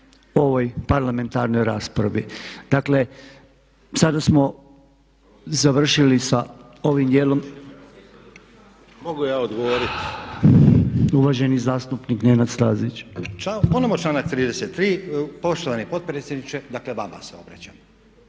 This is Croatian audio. ovoj parlamentarnoj raspravi. Dakle sada smo završili da ovim dijelom. …/Upadica: Mogu ja odgovoriti?/… Uvaženi zastupnik Nenad Stazić. **Stazić, Nenad (SDP)** Ponovno članak 33. poštovani potpredsjedniče, dakle vama se obraćam.